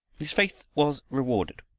his faith was rewarded,